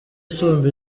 isumba